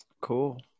Cool